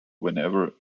whenever